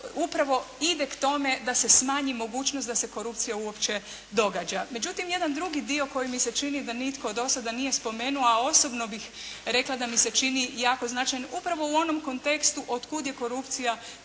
upravo ide k tome da se smanji mogućnost da se korupcija uopće događa. Međutim jedan drugi dio koji mi se čini da nitko do sada nije spomenuo, a osobno bih rekla da mi se čini jako značajan upravo u onom kontekstu od kud je korupcija